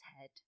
head